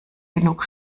genug